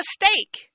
mistake